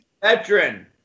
veteran